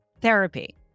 therapy